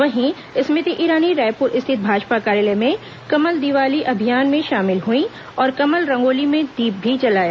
वहीं स्मृति ईरानी रायपुर स्थित भाजपा कार्यालय में कमल दीवाली अभियान में शामिल हुई और कमल रंगोली में दीप भी जलाया